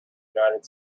united